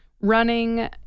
running